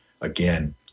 again